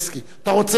אתה רוצה, חנין?